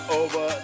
over